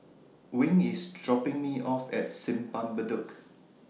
Wing IS dropping Me off At Simpang Bedok